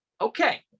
Okay